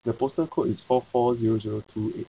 the postal code is four four zero zero two eight